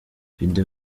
video